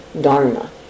dharma